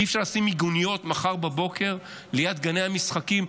אי-אפשר לשים מיגוניות מחר בבוקר ליד גני המשחקים,